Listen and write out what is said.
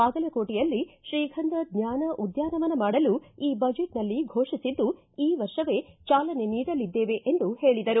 ಬಾಗಲಕೋಟೆಯಲ್ಲಿ ಶ್ರೀಗಂಧ ಜ್ವಾನ ಉದ್ದಾನವನ ಮಾಡಲು ಈ ಬಜೆಟ್ನಲ್ಲಿ ಘೋಷಿಸಿದ್ದು ಈ ವರ್ಷವೇ ಚಾಲನೆ ನೀಡಲಿದ್ದೇವೆ ಎಂದು ಹೇಳಿದರು